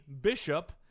Bishop